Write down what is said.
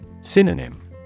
Synonym